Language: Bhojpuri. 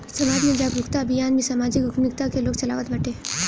समाज में जागरूकता अभियान भी समाजिक उद्यमिता कअ लोग चलावत बाटे